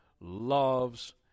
loves